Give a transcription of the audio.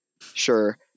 sure